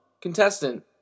contestant